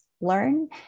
learn